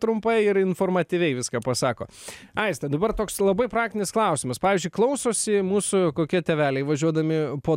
trumpai ir informatyviai viską pasako aiste dabar toks labai praktinis klausimas pavyzdžiui klausosi mūsų kokie tėveliai važiuodami po